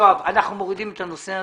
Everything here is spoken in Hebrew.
יואב, אנחנו מורידים את הנושא הזה.